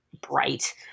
bright